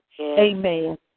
Amen